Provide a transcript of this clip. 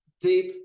deep